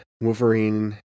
Wolverine